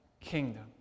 kingdom